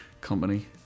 company